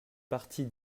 partie